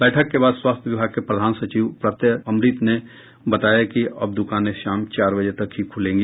बैठक के बाद स्वास्थ्य विभाग के प्रधान सचिव प्रत्यय अमृत ने बताया कि अब दुकानें शाम चार बजे तक ही खुलेंगी